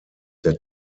der